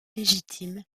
légitime